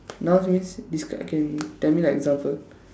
now this describe can tell me the example